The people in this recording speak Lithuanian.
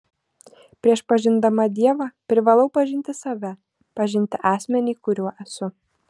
prieš pažindama dievą privalau pažinti save pažinti asmenį kuriuo esu